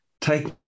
take